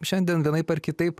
šiandien vienaip ar kitaip